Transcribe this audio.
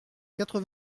quatre